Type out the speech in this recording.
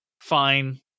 Fine